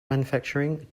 manufacturing